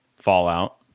Fallout